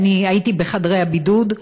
והייתי בחדרי הבידוד.